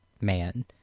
man